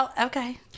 Okay